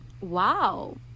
Wow